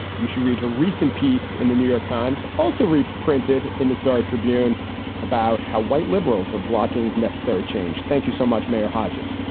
she read a recent piece in the new york times, also reprinted in the star tribune about how white liberals were blocking necessary change. thank you so much, mayor hodges.